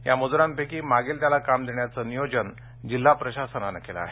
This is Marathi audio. या मजुरांपैकी मागेल त्याला काम देण्याचे नियोजन जिल्हा प्रशासनानं केलं आहे